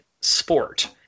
sport